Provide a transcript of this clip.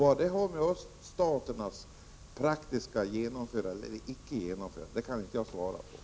Vad det har att göra med någonting som eventuellt har praktiserats i öststaterna kan jag inte svara på.